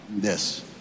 Yes